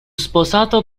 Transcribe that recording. sposato